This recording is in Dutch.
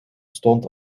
stond